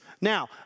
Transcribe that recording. Now